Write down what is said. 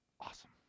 awesome